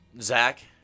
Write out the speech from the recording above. Zach